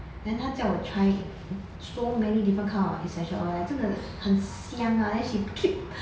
then 她叫我 try so many different kind of essential oil leh 真的很香啊 then she keep